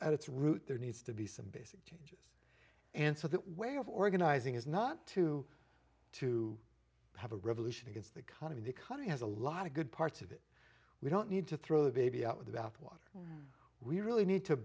at its root there needs to be some basic answer that way of organizing is not to to have a revolution against the economy the economy has a lot of good parts of it we don't need to throw the baby out with the bathwater we really need to